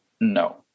No